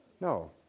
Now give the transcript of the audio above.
No